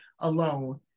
alone